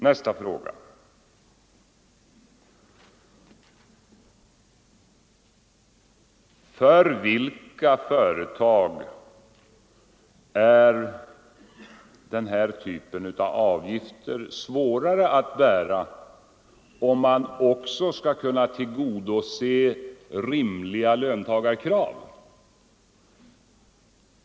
Nästa fråga: För vilka företag är den här typen av avgifter svårast att bära om man också skall kunna tillgodose rimliga löntagarkrav?